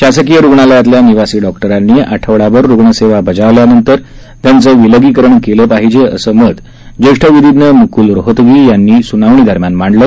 शासकीय रुग्णालयातल्या निवासी डॉक्टरांनी आठवडाभर रुग्णसेवा बजावल्यानंतर त्यांचं विलगीकरण केलं पाहिजे असं मत जेष्ठ विधिज्ञ मुक्ल रोहतगी यांनी सुनावणी दरम्यान मांडलं